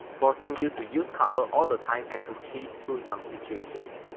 forcing you to use cover all the time and to cheese through some situations,